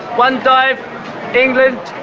one dive england,